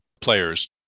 players